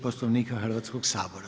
Poslovnika Hrvatskog sabora.